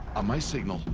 on my signal.